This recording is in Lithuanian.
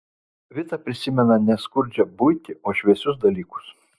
vita prisimena ne skurdžią buitį o šviesius dalykus